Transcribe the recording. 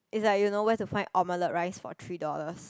is like you know where to find omelette rice for three dollars